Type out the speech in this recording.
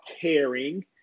caring